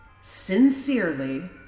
Sincerely